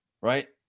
right